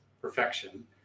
perfection